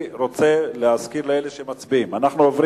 בעד,